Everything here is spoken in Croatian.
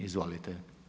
Izvolite.